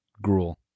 gruel